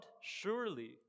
surely